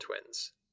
twins